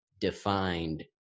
defined